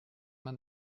man